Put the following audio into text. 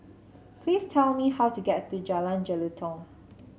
please tell me how to get to Jalan Jelutong